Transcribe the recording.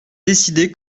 décidé